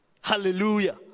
Hallelujah